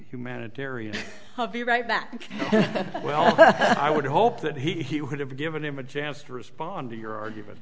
humanitarian be right back well i would hope that he would have given him a chance to respond to your argument